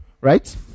Right